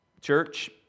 church